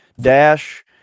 Dash